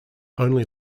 only